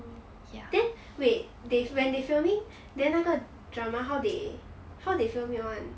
then wait they when they filming then 那个 drama how they how they film it [one]